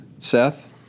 Seth